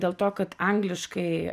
dėl to kad angliškai